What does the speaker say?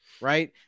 right